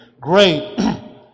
Great